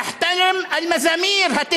אנחנו מכבדים את ספר